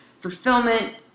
fulfillment